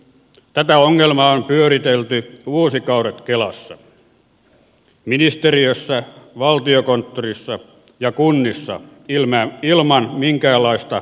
tätä ongelmaa on pyöritelty vuosikaudet kelassa ministeriössä valtiokonttorissa ja kunnissa ilman minkäänlaista parannusta